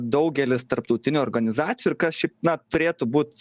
daugelis tarptautinių organizacijų ir kas šiaip na turėtų būt